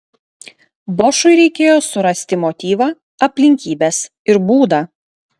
bošui reikėjo surasti motyvą aplinkybes ir būdą